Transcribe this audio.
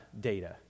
data